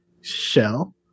shell